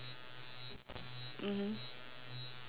mmhmm